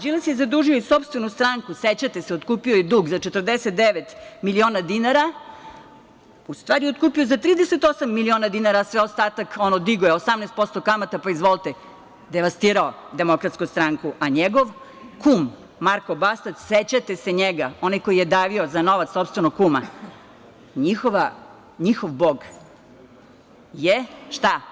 Đilas je zadužio i sopstvenu stranku, sećate se, otkupio je dug za 49 miliona dinara, u stvari, otkupio za 38 miliona dinara, sve ostatak, ono digao je 18% kamata, pa, izvolite, devastirao DS, a njegov kum Marko Bastać, sećate se njega, onaj koji je davio za novac sopstvenog kuma, njihov bog je, šta?